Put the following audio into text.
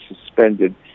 suspended